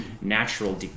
natural